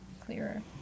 Clearer